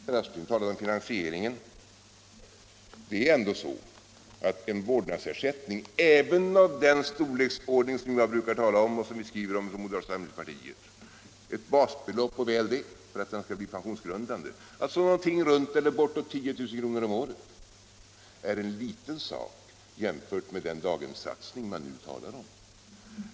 Herr Aspling talade om finansieringen. Det är ändå så att en vårdnadsersättning — även i den storleksordning som jag brukar tala om och som vi skriver om från moderata samlingspartiet, dvs. ett basbelopp och väl det för att ersättningen skall bli pensionsgrundande, omkring 10 000 kr. om året — är en liten sak jämfört med den daghemssatsning man nu talar om.